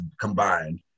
combined